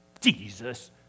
Jesus